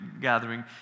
gathering